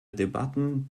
debatten